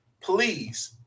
please